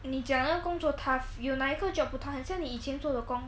你讲那个工作 tough 有哪一个 job 不 tough 很像你以前做的工